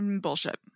Bullshit